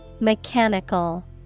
Mechanical